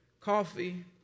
coffee